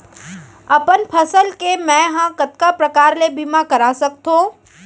अपन फसल के मै ह कतका प्रकार ले बीमा करा सकथो?